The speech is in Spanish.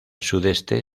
sudeste